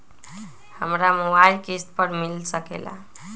हमरा मोबाइल किस्त पर मिल सकेला?